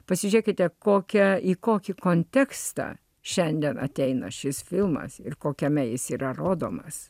pasižiūrėkite kokią į kokį kontekstą šiandien ateina šis filmas ir kokiame jis yra rodomas